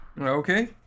Okay